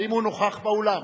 האם הוא נוכח באולם?